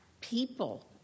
people